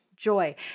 joy